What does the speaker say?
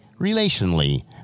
relationally